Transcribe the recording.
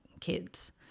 kids